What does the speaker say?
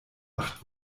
acht